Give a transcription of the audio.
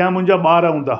या मुंहिंजा ॿार हूंदा